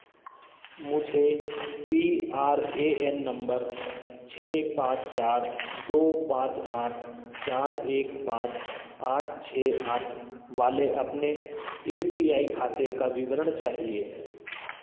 मुझे P R A N number छः पाँच चार दो पाँच आठ चार एक पाँच आठ छः आठ वाले अपने ए पी आई खाते का विवरण चाहिए